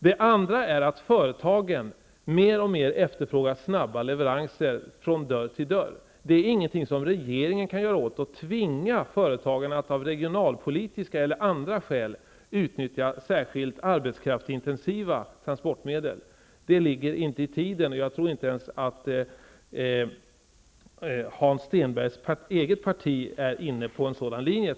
Det andra är att företagen mer och mer efterfrågar snabba leveranser från dörr till dörr. Regeringen kan inte tvinga företagen att av regionalpolitiska eller andra skäl utnyttja särskilt arbetskraftsintensiva transportmedel. Det ligger inte i tiden. Jag tror inte ens att Hans Stenbergs eget parti är inne på en sådan linje.